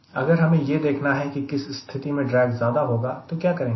अगर हमें यह देखना है कि किस स्थिति में ड्रैग ज्यादा होगा तो क्या करेंगे